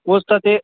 coach त त्यही